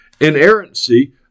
Inerrancy